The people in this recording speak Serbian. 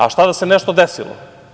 A šta da se nešto desilo?